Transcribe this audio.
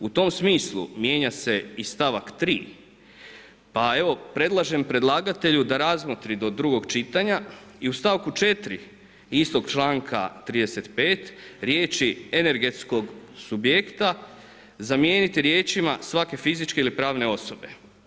U tom smislu mijenja se i stavak 3 pa evo, predlažem predlagatelju da razmotri do drugog čitanja i u stavku 4. istog članka 35. riječi „energetskog subjekta“ zamijeniti riječima „svake fizičke ili pravne osobe“